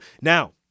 Now